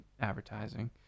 advertising